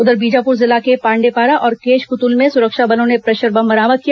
उधर बीजापुर जिला के पांडेय पारा और केशकृतुल में सुरक्षा बलों ने प्रेशर बम बरामद किया